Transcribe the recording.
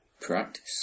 practice